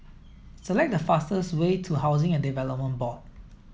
select the fastest way to Housing and Development Board